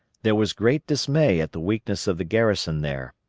there was great dismay at the weakness of the garrison there,